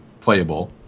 playable